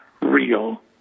real